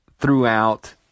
Throughout